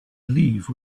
leave